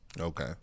Okay